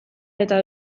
eta